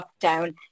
lockdown